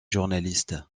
journaliste